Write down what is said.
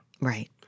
Right